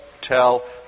tell